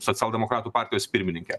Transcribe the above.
socialdemokratų partijos pirmininkę